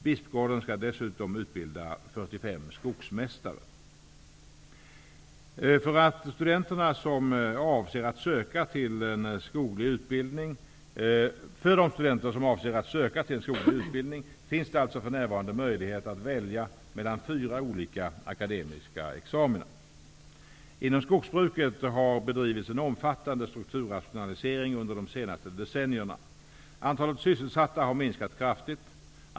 Bispgårdens skall dessutom utbilda 45 För de studenter som avser att söka sig en skoglig utbildning finns det alltså för närvarande möjlighet att välja mellan fyra olika akademiska examina. Inom skogsbruket har det bedrivits en omfattande strukturrationalisering under de senaste decennierna. Antalet sysselsatta har minskat kraftigt.